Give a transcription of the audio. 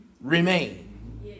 remain